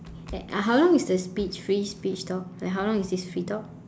how long is the speech free speech talk like how long is this free talk